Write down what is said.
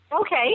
Okay